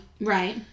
right